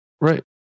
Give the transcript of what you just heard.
Right